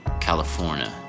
California